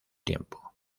tiempo